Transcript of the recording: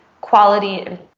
quality